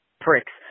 pricks